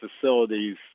facilities